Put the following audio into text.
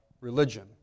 religion